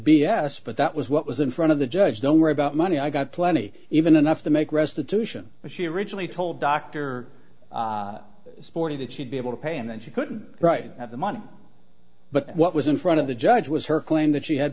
s but that was what was in front of the judge don't worry about money i got plenty even enough to make restitution but she originally told doctor sporty that she'd be able to pay and then she couldn't right of the money but what was in front of the judge was her claim that she had